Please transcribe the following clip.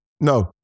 no